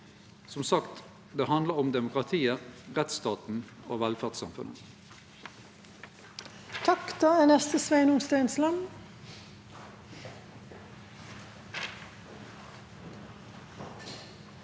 Som sagt: Det handlar om demokratiet, rettsstaten og velferdssamfunnet.